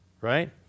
right